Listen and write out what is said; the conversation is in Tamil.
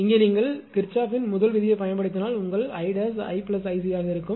இங்கே நீங்கள் கிர்ச்சோப்பின் முதல் விதியை பயன்படுத்தினால் உங்கள் 𝐼' 𝐼 𝐼𝑐 ஆக இருக்கும்